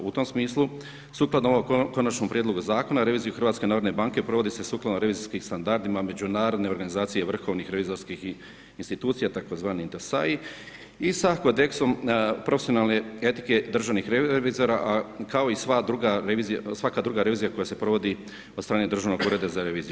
U tom smislu, sukladno ovog konačnog prijedloga zakona, revizije HNB, provodi se sukladno rekvizicijskih standardima međunarodne organizacije vrhovnih revizorskih institucija tzv. ... i sa kodeksom profesionalne etike državnih revizora a kao i svaka druga revizija koja se provodi od strane Državnog ureda za reviziju.